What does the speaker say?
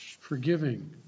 forgiving